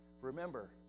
Remember